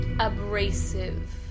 abrasive